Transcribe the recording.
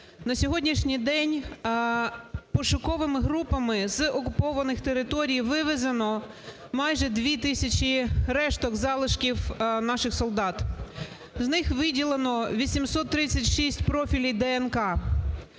На сьогоднішній день пошуковими групами з окупованих територій вивезено майже 2 тисячі решток залишків наших солдат, з них виділено 836 профілів ДНК.